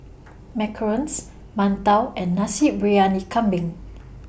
Macarons mantou and Nasi Briyani Kambing